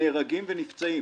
נהרגים ונפצעים.